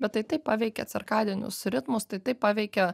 bet tai taip paveikia cirkadinius ritmus tai taip paveikia